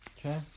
Okay